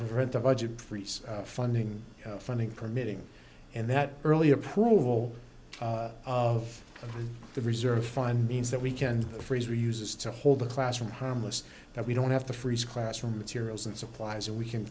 prevent a budget freeze funding funding permitting and that early approval of the reserve find means that we can freeze or uses to hold the classroom harmless that we don't have to freeze classroom materials and supplies and we can